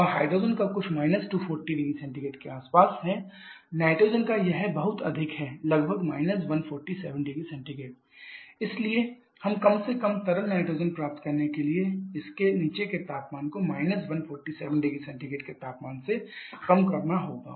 और हाइड्रोजन का कुछ − 240 0C के आसपास है नाइट्रोजन का यह बहुत अधिक है लगभग − 147 0C इसलिए हम कम से कम तरल नाइट्रोजन प्राप्त करने के लिए हमें इसके नीचे के तापमान को − 147 0C के तापमान से कम करना होगा